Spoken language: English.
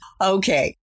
Okay